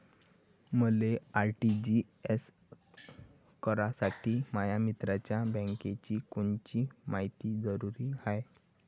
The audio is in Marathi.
मले आर.टी.जी.एस करासाठी माया मित्राच्या बँकेची कोनची मायती जरुरी हाय?